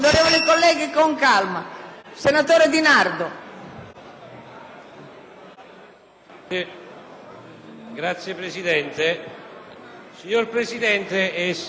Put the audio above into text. NARDO *(IdV)*. Signora Presidente, onorevoli colleghi, è di questi giorni la notizia dell'ennesima emergenza alimentare.